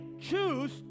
choose